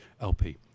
LP